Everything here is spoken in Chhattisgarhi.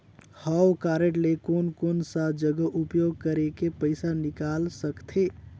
हव कारड ले कोन कोन सा जगह उपयोग करेके पइसा निकाल सकथे?